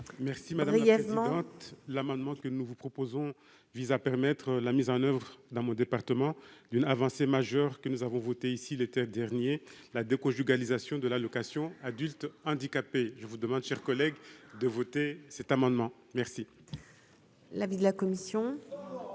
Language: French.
Merci madame Méliès l'amendement que nous vous proposons vise à permettre la mise en oeuvre dans mon département, d'une avancée majeure que nous avons voté ici, l'été dernier, la déconjugalisation de l'allocation adulte handicapé, je vous demande chers collègues de voter cet amendement merci. L'avis de la commission